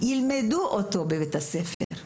יילמד בבתי הספר.